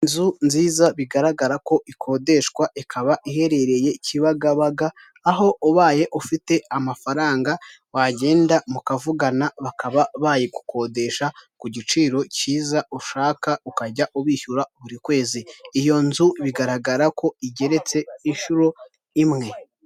inzu nziza bigaragara ko ikodeshwa ikaba iherereye ikibagabaga aho ubaye ufite amafaranga wagenda mukavugana bakaba bayikodesha ku giciro cyiza ushaka ukajya ubishyura buri kwezi iyo nzu bigaragara ko igeretse inshuro imwe.